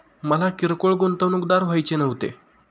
मला किरकोळ गुंतवणूकदार व्हायचे नव्हते